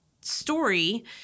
story